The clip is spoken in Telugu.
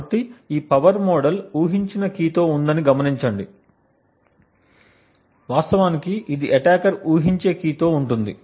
కాబట్టి ఈ పవర్ మోడల్ ఊహించిన కీ తో ఉందని గమనించండి వాస్తవానికి ఇది అటాకర్ ఊహించే కీ తో ఉంటుంది